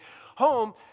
home